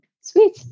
Sweet